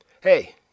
Hey